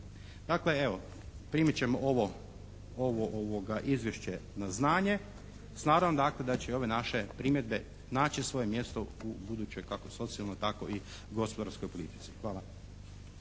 Dakle, evo primit ćemo ovo Izvješće na znanje s namjerom dakle da će ove naše primjedbe naći svoje mjesto u budućoj kako socijalnoj tako i gospodarskoj politici. Hvala.